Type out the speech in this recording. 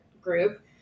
group